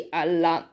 alla